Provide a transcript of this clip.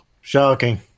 shocking